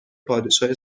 پادشاه